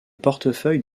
portefeuille